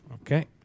Okay